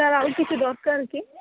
sir ଆଉ କିଛି ଦରକାର କି